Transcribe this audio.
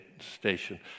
station